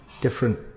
different